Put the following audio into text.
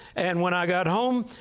and when i got home,